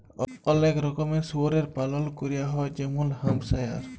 অলেক রকমের শুয়রের পালল ক্যরা হ্যয় যেমল হ্যাম্পশায়ার